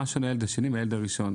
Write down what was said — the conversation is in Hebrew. מה שונה הילד השני מהילד הראשון,